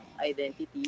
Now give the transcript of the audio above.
identity